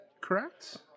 correct